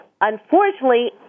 unfortunately